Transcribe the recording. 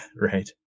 Right